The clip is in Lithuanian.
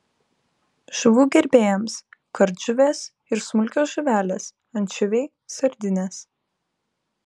žuvų gerbėjams kardžuvės ir smulkios žuvelės ančiuviai sardinės